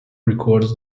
records